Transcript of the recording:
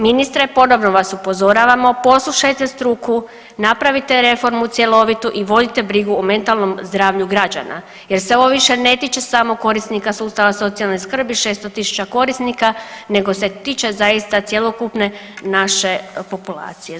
Ministre ponovno vas upozoravamo poslušajte struku, napravite reformu cjelovitu i vodite brigu o mentalnom zdravlju građana jer se ovo više ne tiče samo korisnika sustava socijalne skrbi 600 tisuća korisnika, nego se tiče zaista cjelokupne naše populacije.